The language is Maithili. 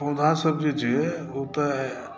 पौधासभ जे छै ओतय